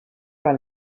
par